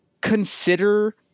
consider